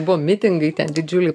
buvo mitingai ten didžiuliai